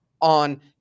on